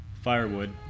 firewood